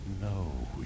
No